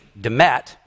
Demet